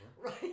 Right